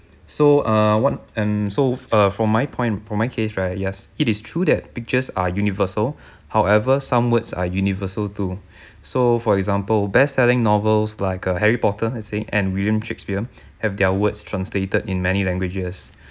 so uh one and so err from my point for my case right yes it is true that pictures are universal however some words are universal too so for example best selling novels like a harry potter let's say and william shakespeare have their words translated in many languages